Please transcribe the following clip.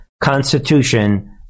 constitution